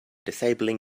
disabling